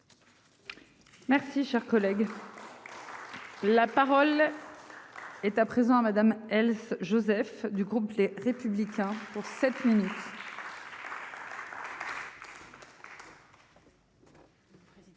Merci cher collègue. La parole. État présent à Madame Else Joseph du groupe Les Républicains. Pour cette